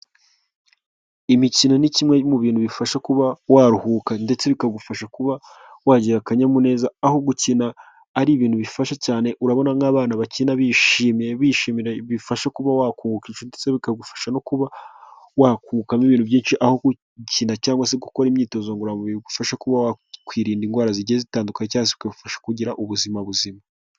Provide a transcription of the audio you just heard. Imikino ni kimwe mu bintu bifasha kuba waruhuka ndetse bikagufasha kuba wagira akanyamuneza, aho gukina ari ibintu bifasha cyane urabona nk'abana bakina bishimiye/bishimira bifasha kuba wakunguka inshuti se bikagufasha no kuba wakungukamo ibintu byinshi aho gukina cyangwa se gukora imyitozo ngoramubiri bigufasha kuba wakwirinda indwara zigiye zitandukanye cyangwa bikagufasha kugira ubuzima buzima.